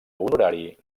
honorari